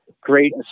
great